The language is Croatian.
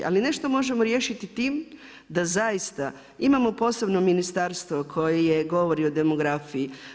Ali nešto možemo riješiti tim, da zaista imamo posebno ministarstvo koje je govorio o demografiji.